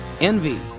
Envy